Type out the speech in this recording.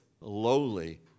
lowly